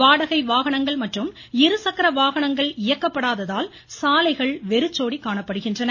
வாடகை வாகனங்கள் மற்றும் இருசக்கர வாகனங்கள் இயக்கப்படாததால் சாலைகள் வெறிச்சோடி காணப்படுகின்றன